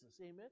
amen